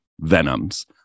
venoms